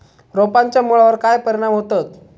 रोपांच्या मुळावर काय परिणाम होतत?